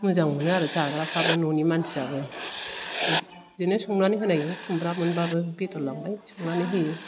मोजां मोनो आरो जाग्राफ्राबो न'नि मानसियाबो बिदिनो संनानै होनाय खुमब्रा मोनबाबो बेदर लांबाय संनानै होयो